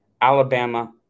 Alabama